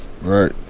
Right